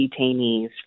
detainees